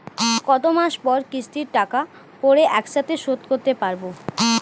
কত মাস পর কিস্তির টাকা পড়ে একসাথে শোধ করতে পারবো?